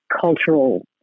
cultural